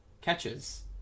catches